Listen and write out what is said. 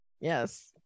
Yes